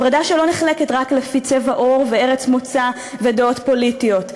הפרדה שלא נחלקת רק לפי צבע עור וארץ מוצא ודעות פוליטיות.